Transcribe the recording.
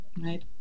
right